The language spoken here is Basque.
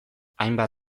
hainbat